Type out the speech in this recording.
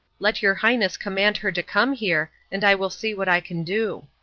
let your highness command her to come here, and i will see what i can do.